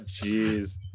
jeez